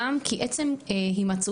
גם כי עצם הימצאותם,